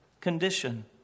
condition